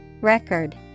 Record